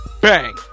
Bang